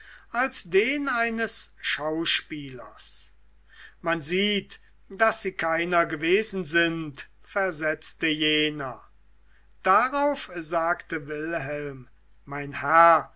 als den eines schauspielers man sieht daß sie keiner gewesen sind versetzte jener darauf sagte wilhelm mein herr